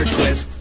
Twist